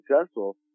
successful